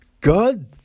God